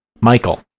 Michael